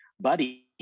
buddy